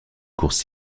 course